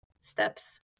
steps